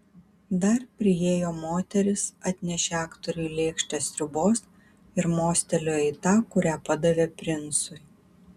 dar priėjo moteris atnešė aktoriui lėkštę sriubos ir mostelėjo į tą kurią padavė princui